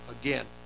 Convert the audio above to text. again